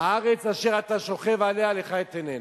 "הארץ אשר אתה שֹכב עליה לך אתננה".